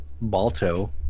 Balto